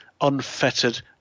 unfettered